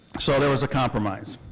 so there was a compromise.